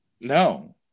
no